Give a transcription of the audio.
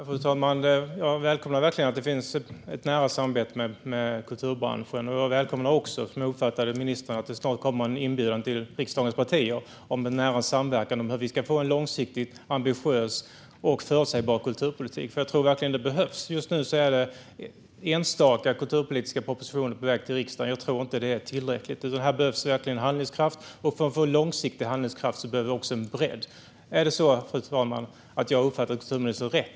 Fru talman! Jag välkomnar verkligen att det finns ett nära samarbete med kulturbranschen. Jag välkomnar också att det, som jag uppfattade ministern, snart kommer en inbjudan till riksdagens partier om nära samverkan om hur vi ska få en långsiktig, ambitiös och förutsägbar kulturpolitik. Jag tror verkligen att det behövs. Just nu är det enstaka kulturpolitiska propositioner på väg till riksdagen. Jag tror inte att det är tillräckligt. Här behövs verkligen handlingskraft, och för att få långsiktig handlingskraft behövs det också bredd. Har jag uppfattat kulturministern rätt?